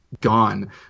gone